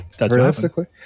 realistically